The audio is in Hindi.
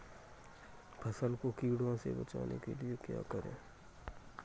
फसल को कीड़ों से बचाने के लिए क्या करें?